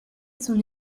son